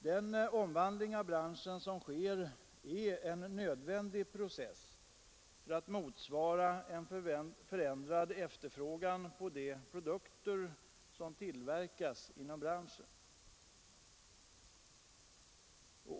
Den omvandling av branschen som sker är en nödvändig process för att motsvara en förändrad efterfrågan på de produkter som tillverkas.